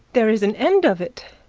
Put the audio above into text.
there is an end of it